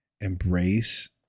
embrace